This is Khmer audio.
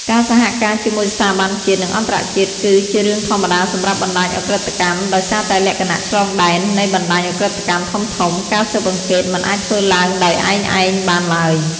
ការសហការជាមួយស្ថាប័នជាតិ និងអន្តរជាតិ គឺជារឿងធម្មតាសម្រាប់បណ្តាញឧក្រិដ្ឋកម្មដោយសារតែលក្ខណៈ ឆ្លងដែន នៃបណ្តាញឧក្រិដ្ឋកម្មធំៗ ការស៊ើបអង្កេតមិនអាចធ្វើឡើងដោយឯកឯងបានឡើយ។